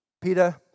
Peter